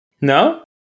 No